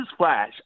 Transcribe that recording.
newsflash